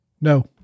No